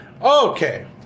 Okay